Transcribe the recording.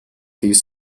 these